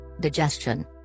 Digestion